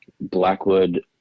Blackwood